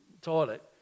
toilet